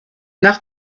nach